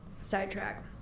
sidetrack